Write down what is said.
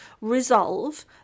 resolve